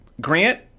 Grant